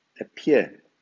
appear